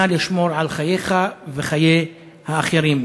נא לשמור על חייך ועל חיי האחרים.